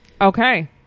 Okay